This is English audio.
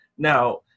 Now